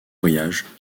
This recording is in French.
voyages